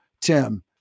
tim